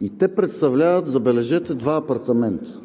и те представляват, забележете, два апартамента.